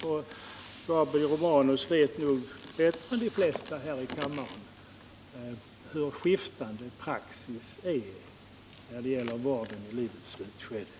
Gabriel Romanus vet nog bättre än de flesta här i kammaren hur skiftande praxis är när det gäller vården i livets slutskede.